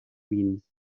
means